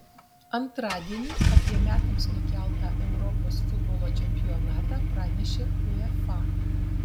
antradienį apie metams nukeltą europos futbolo čempionatą pranešė uefa